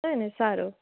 છે ને સારું